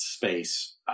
space